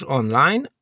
online